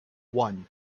one